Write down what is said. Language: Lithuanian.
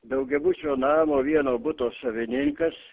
daugiabučio namo vieno buto savininkas